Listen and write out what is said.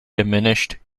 diminished